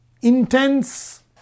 intense